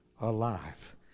alive